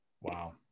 Wow